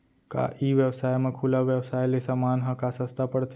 का ई व्यवसाय म खुला व्यवसाय ले समान ह का सस्ता पढ़थे?